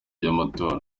by’amatora